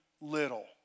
little